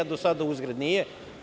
Do sada, uzgred, nije.